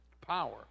power